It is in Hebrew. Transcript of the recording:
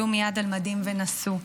עלו מייד על מדים ונסעו.